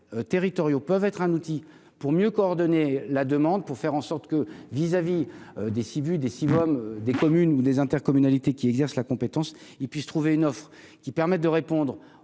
territoriaux peuvent être un outil pour mieux coordonner la demande pour faire en sorte que vis-à-vis des Sivu des Sivom, des communes ou des intercommunalités qui exerce la compétence, il puisse trouver une offre qui permettent de répondre à